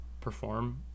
perform